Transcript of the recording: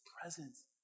presence